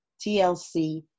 tlc